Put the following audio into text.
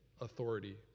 authority